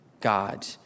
God